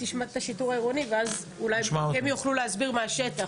תשמע את השיטור העירוני והם יוכלו להסביר מהשטח,